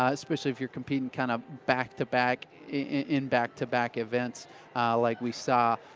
ah especially if you're competing kind of back to back in back to back events like we saw,